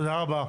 תודה רבה.